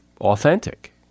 authentic